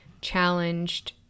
challenged